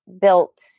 built